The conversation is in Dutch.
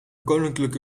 koninklijke